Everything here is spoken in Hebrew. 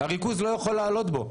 הריכוז לא יוכל לעלות בו.